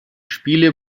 spiele